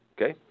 Okay